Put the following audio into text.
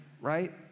right